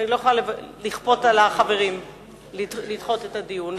אני לא יכולה לכפות על החברים לדחות את הדיון.